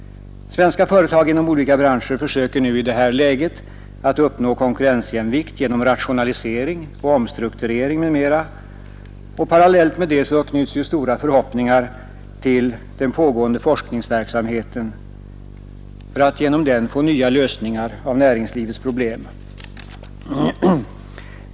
Svenska företag inom olika branscher försöker i detta läge att uppnå konkurrensjämvikt genom rationalisering, omstrukturering m.m. Parallellt med det knyts stora förhoppningar till den pågående forskningsverksamheten för att genom den erhålla nya lösningar av näringslivets problem.